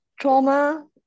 trauma